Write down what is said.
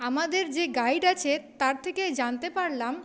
আমাদের যে গাইড আছে তার থেকে জানতে পারলাম